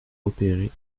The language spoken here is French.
opérer